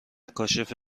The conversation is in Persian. کاشف